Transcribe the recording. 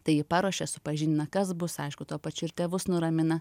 tai ji paruošia supažindina kas bus aišku tuo pačiu ir tėvus nuramina